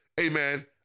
Amen